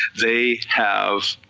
they have